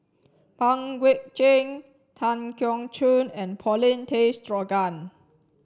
Pang Guek Cheng Tan Keong Choon and Paulin Tay Straughan